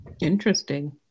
Interesting